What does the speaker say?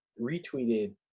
retweeted